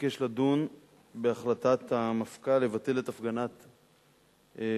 ביקש לדון בהחלטת המפכ"ל לבטל הפגנה של